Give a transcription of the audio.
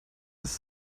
ist